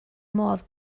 modd